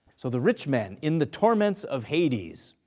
so the rich man in the torments of hades.